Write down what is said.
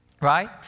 right